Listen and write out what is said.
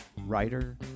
writer